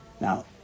Now